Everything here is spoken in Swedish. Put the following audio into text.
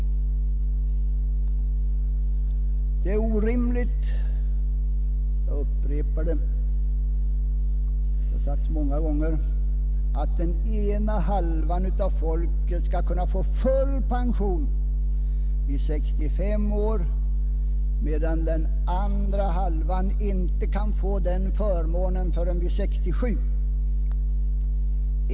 Det är orimligt — det har sagts många gånger, men jag upprepar det — att den ena halvan av folket skall kunna få full pension vid 65 års ålder, medan den andra halvan inte kan få samma förmån förrän vid 67 års ålder.